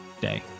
day